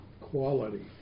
quality